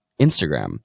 Instagram